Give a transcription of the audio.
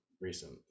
recent